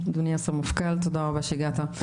אדוני הסמפכ"ל, תודה רבה שהגעת.